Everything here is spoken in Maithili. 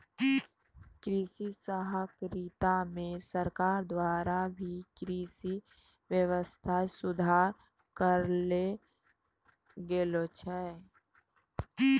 कृषि सहकारिता मे सरकार द्वारा भी कृषि वेवस्था सुधार करलो गेलो छै